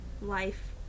Life